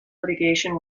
litigation